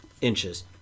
inches